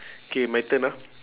K my turn ah